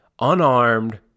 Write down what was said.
unarmed